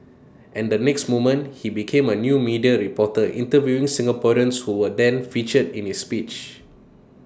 and the next moment he became A new media reporter interviewing Singaporeans who were then featured in his speech